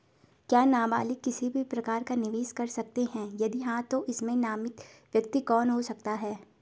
क्या नबालिग किसी भी प्रकार का निवेश कर सकते हैं यदि हाँ तो इसमें नामित व्यक्ति कौन हो सकता हैं?